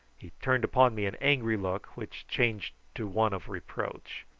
he turned upon me an angry look, which changed to one of reproach.